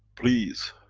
please,